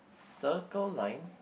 Circle Line